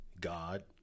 God